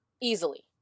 Easily